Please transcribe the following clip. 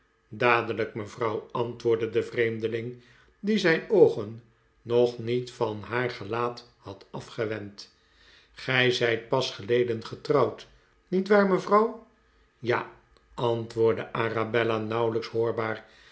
dadelijk mevrouw antwoordde de vreemdeling die zijn oogen nog niet van haar gelaat had afgewend gij zijt pas geleden getrouwd niet waar mevrouw ja antwoordde arabella nauwelijks hoorbaar